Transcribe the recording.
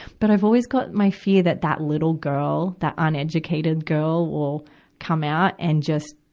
but i've always got my fear that that little girl, that uneducated girl, will come out and just,